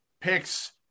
picks